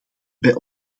bij